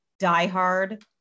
diehard